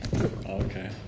Okay